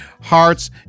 hearts